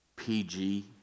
PG